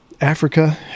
africa